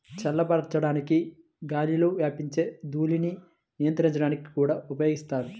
చల్లబరచడానికి గాలిలో వ్యాపించే ధూళిని నియంత్రించడానికి కూడా ఉపయోగిస్తారు